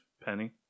Penny